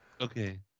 Okay